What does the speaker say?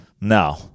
No